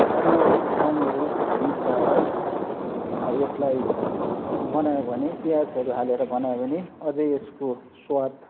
हरियो खुर्सानीहरू मिसाएर यसलाई बनायो भने प्याजहरू हालेर बनायो भने अझै यसको स्वाद